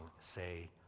say